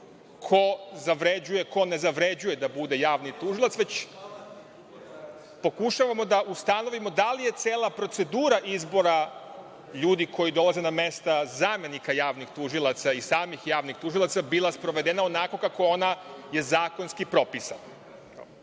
ko ne zavređuje da bude javni tužilac, već pokušavamo da ustanovimo da li je cela procedura izbora ljudi koji dolaze na mesta zamenika javnih tužilaca i samih javnih tužilaca bila sprovedena onako kako je ona zakonski propisana.